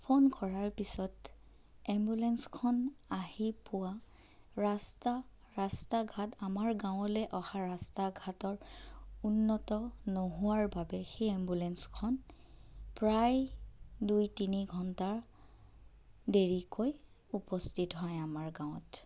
phone কৰাৰ পিছত এম্বুলেঞ্চখন আহি পোৱা ৰাস্তা ৰাস্তা ঘাট আমাৰ গাৱঁলে অহা ৰাস্তা ঘাটৰ উন্নত নোহোৱাৰ বাবে সেই এম্বুলেঞ্চখন প্ৰায় দুই তিনি ঘণ্টা দেৰীকৈ উপস্থিত হয় আমাৰ গাঁৱত